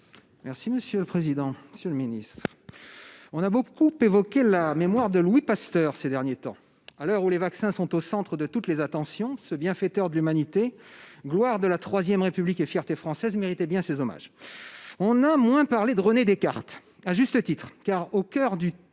Monsieur le président, monsieur le ministre, mes chers collègues, on a beaucoup évoqué la mémoire de Louis Pasteur ces derniers temps. À l'heure où les vaccins sont au centre de toutes les attentions, ce bienfaiteur de l'humanité, gloire de la III République et fierté française, méritait bien ces hommages. On a moins parlé de René Descartes. À juste titre, car, au coeur du